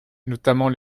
notamment